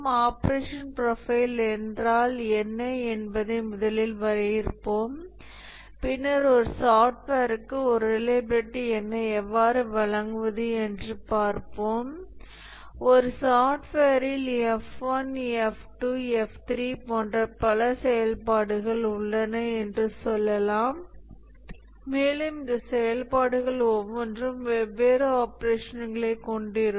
operational profile என்றால் என்ன என்பதை முதலில் வரையறுப்போம் பின்னர் ஒரு சாஃப்ட்வேருக்கு ஒரு ரிலையபிலிட்டி எண்ணை எவ்வாறு வழங்குவது என்று பார்ப்போம் ஒரு சாப்ட்வேரில் F1 F 2 F 3 போன்ற பல செயல்பாடுகள் உள்ளன என்று சொல்லலாம் மேலும் இந்த செயல்பாடுகள் ஒவ்வொன்றும் வெவ்வேறு ஆப்ரேஷன்களைக் கொண்டிருக்கும்